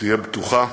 תהיה בטוחה,